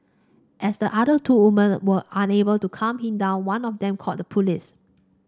as the other two woman were unable to calm him down one of them called the police